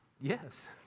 yes